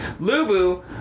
Lubu